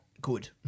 good